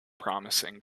promising